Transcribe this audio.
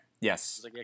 Yes